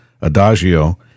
Adagio